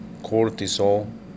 cortisol